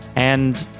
and.